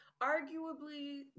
Arguably